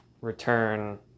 return